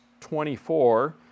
24